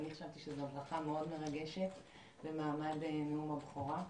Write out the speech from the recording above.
ואני חשבתי שזו ברכה מאוד מרגשת במעמד נאום הבכורה.